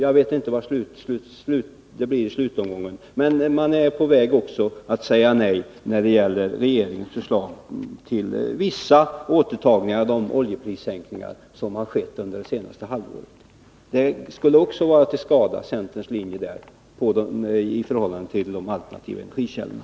Jag vet inte vad det blir i slutomgången, men centern är tydligen beredd att också säga nej till regeringens förslag beträffande vissa återtagningar av de oljeprissänkningar som har skett under det senaste halvåret. Centerns linje här skulle också vara till skada för de alternativa energikällorna.